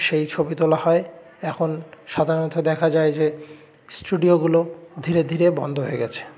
সেই ছবি তোলা হয় এখন সাধারণত দেখা যায় যে স্টুডিওগুলো ধীরে ধীরে বন্ধ হয়ে গেছে